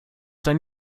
dein